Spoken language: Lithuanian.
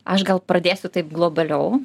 aš gal pradėsiu taip globaliau